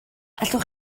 allech